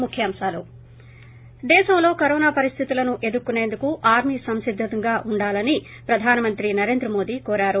ముఖ్యాంశాలు ి దేశంలో కరోనా పరిస్థితులను ఎదుర్కొనేందుకు ఆర్మీ సంసిద్ధంగా ఉండాలని ప్రధానమంత్రి నరేంద్ర మోడీ కోరారు